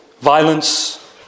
violence